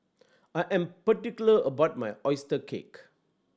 I am particular about my oyster cake